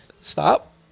Stop